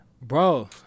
Bro